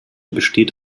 besteht